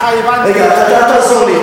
רגע, אל תעזור לי.